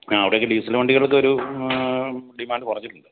ആ അവിടെയൊക്കെ ഡീസൽ വണ്ടികൾക്കൊരു ഡിമാൻഡ് കുറഞ്ഞിട്ടുണ്ട്